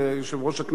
גם זאת אפשרות.